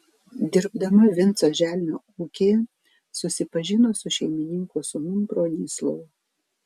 dirbdama vinco želnio ūkyje susipažino su šeimininko sūnum bronislovu